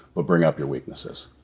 but bring up your weaknesses.